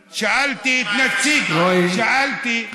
שאלתי, שאלתי את נציג, מה היה לפני שנה.